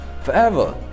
forever